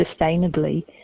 sustainably